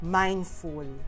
mindful